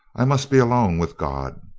i must be alone with god.